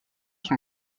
son